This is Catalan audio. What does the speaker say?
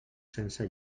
sense